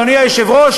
אדוני היושב-ראש,